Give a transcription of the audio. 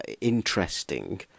interesting